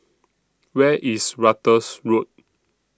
Where IS Ratus Road